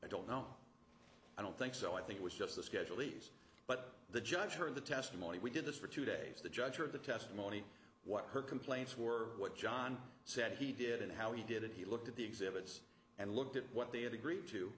i don't know i don't think so i think it was just the schedule these but the judge or the testimony we did this for two days the judge or the testimony what her complaints were what john said he did and how he did it he looked at the exhibits and looked at what they had agreed to